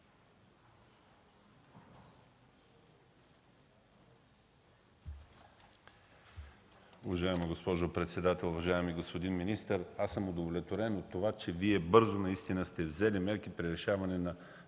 Уважаема госпожо председател, уважаеми господин министър! Аз съм удовлетворен от това, че Вие наистина бързо сте взели мерки при решаване на